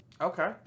Okay